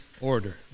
order